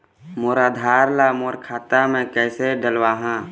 मोर आधार ला मोर खाता मे किसे डलवाहा?